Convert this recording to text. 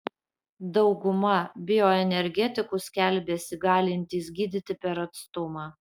dauguma bioenergetikų skelbiasi galintys gydyti per atstumą